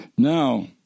Now